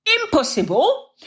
Impossible